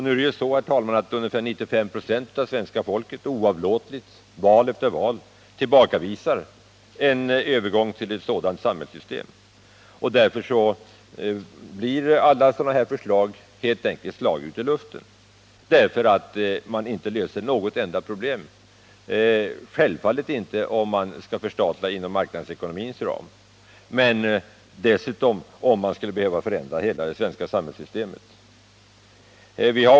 Nu är det emellertid så, herr talman, att ca 95 96 av svenska folket oavlåtligt, val efter val, tillbakavisar en övergång till ett sådant samhällssystem. Därför blir alla sådana här förslag helt enkelt slag i luften, eftersom man inte löser något problem genom att förstatliga inom marknadsekonomins ram och inte heller genom att förändra hela det svenska samhällssystemet.